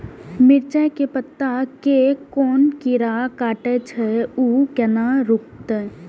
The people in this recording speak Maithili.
मिरचाय के पत्ता के कोन कीरा कटे छे ऊ केना रुकते?